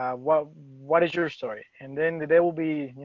ah what, what is your story and then they will be, you